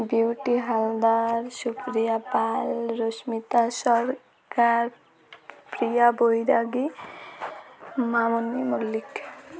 beauty Haldar Supriya Pal Rashmita Sarkar Priya Bairagi Mamuni Mallick